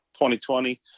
2020